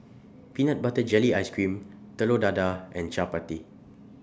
Peanut Butter Gelly Ice Cream Telur Dadah and Chappati